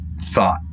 thought